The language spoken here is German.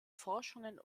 forschungen